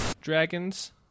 dragons